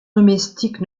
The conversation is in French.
domestique